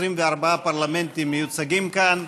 24 פרלמנטים מיוצגים כאן,